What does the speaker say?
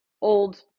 old